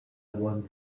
one